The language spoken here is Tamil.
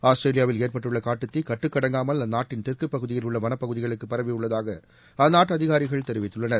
ஆஸ்திரேலியாவில் ஏற்பட்டுள்ள காட்டுத் தீ கட்டுக்கு அடங்காமல் அந்நாட்டின் தெற்குப் பகுதியில் உள்ள வனப்பகுதிகளுக்கு பரவியுள்ளதாக அந்நாட்டு அதிகாரிகள் தெரிவித்துள்ளனர்